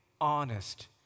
honest